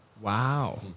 Wow